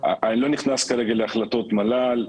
אני לא נכנס כרגע להחלטות מל"ל,